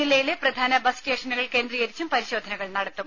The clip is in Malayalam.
ജില്ലയിലെ പ്രധാന ബസ് സ്റ്റേഷനുകൾ കേന്ദ്രീകരിച്ചും പരിശോധനകൾ നടത്തും